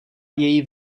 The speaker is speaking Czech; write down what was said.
její